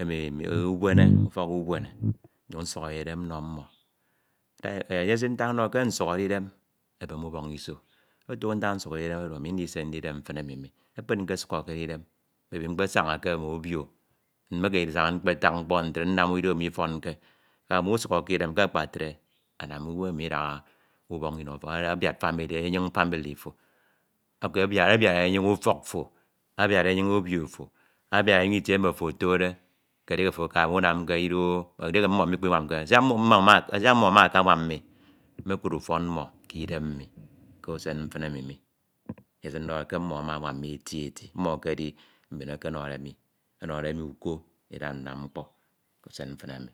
emi ubuene ufọk ubene nnyin nsukhorede idem mmo mmo nta enyesin ntak ndọhọde ke nsukhọde idem ebem ubọn iso oto ke ntak nsukhode idem oro ami ndise ndide mfin emi mi eke di nkesukhọkere idem maybe mkpo saña ke mme obio mekeme ndisaña nkatañ mkpo ntre nnam ido mifọnke ah musukhode idem ke akpatre anam uwem emi midaha ubọn ino abia family enyiñ family to okay abiad enyin ufok fo abiad enyin obio fo abida enyiñ utie emi ofo otode ke edieke ofo mumamke ido edieke mmo mikpinwamke fi saik mmo ama siak mmo amakanwam ini mmekud ufọn mmo kidem mmi kusun mfin emi mi enye esin ndọhọ ke mmo ama anwam mi eti mmo ekedi mbin ekenwambe mi ọnọde mi uko ndida nnam mkpo kusen mfin emi